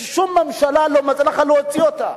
ששום ממשלה לא מצליחה להוציא אותה,